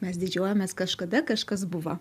mes didžiuojamės kažkada kažkas buvo